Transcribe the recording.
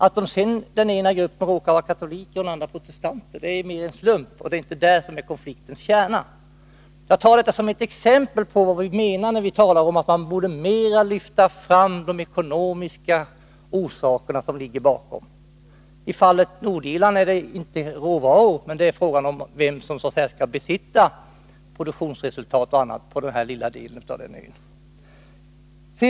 Att sedan den ena gruppen råkar vara katoliker och den andra protestanter är väl en slump, och det är inte det som är konfliktens kärna. — Jag har tagit detta som exempel på vad vi menar när vi talar om att man borde mer än nu lyfta fram de ekonomiska orsakerna bakom konflikterna. I fallet Nordirland är det inte fråga om råvaror, men det är fråga om vem som skall besitta produktionsresurser och annat på denna lilla ö.